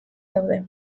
daude